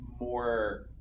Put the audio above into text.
more